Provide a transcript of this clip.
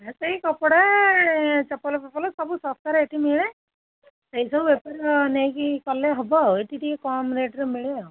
ସେଇ କପଡ଼ା ଚପଲ ଫପଲ ସବୁ ଶସ୍ତାରେ ଏଠି ମିଳେ ସେଇସବୁ ବେପାର ନେଇକି କଲେ ହେବ ଆଉ ଏଠି ଟିକେ କମ୍ ରେଟ୍ରେ ମିଳେ ଆଉ